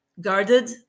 guarded